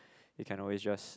you can always just